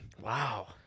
Wow